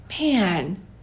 man